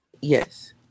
yes